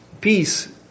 Peace